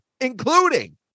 including